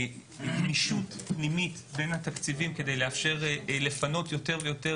גמישות פנימית בי התקציבים כדי לאפשר לפנות יותר ויותר